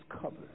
covered